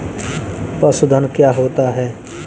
पशुधन क्या होता है?